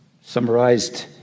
summarized